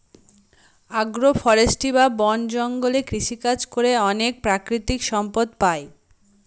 আগ্র ফরেষ্ট্রী বা বন জঙ্গলে কৃষিকাজ করে অনেক প্রাকৃতিক সম্পদ পাই